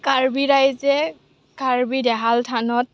কাৰ্বি ৰাইজে কাৰ্বি দেহাল থানত